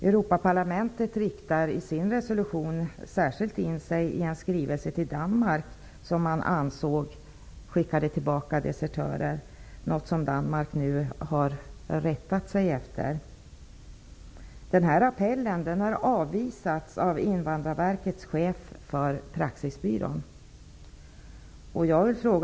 Europaparlamentet har i en skrivelse särskilt riktat sig till Danmark, som man ansåg skickade tillbaka desertörer, och Danmark har rättat sig efter denna skrivelse.